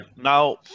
now